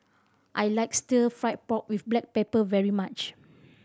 I like Stir Fried Pork With Black Pepper very much